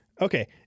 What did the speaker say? Okay